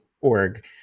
org